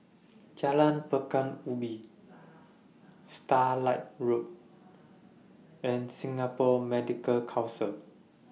Jalan Pekan Ubin Starlight Road and Singapore Medical Council